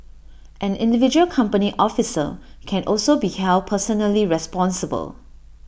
an individual company officer can also be held personally responsible